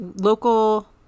local